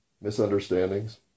misunderstandings